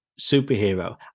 superhero